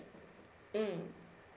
mm